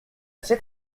cet